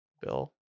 Bill